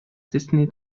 destiny